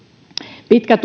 pitkä